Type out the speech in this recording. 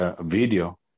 video